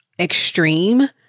extreme